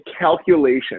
calculation